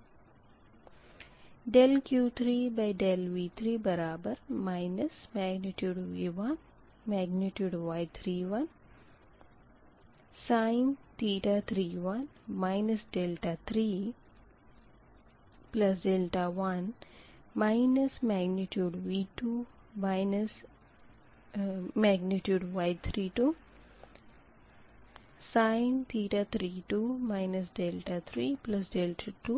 33 है